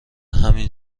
همین